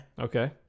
Okay